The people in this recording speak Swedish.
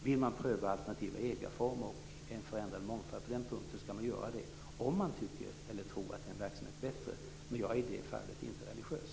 Vill man pröva alternativa ägarformer och en förändrad mångfald på den punkten skall man göra det, om man tycker eller tror att verksamheten blir bättre. Jag är i det fallet inte religiös.